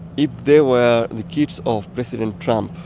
if they were the kids of president trump,